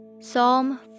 Psalm